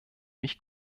mich